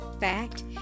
fact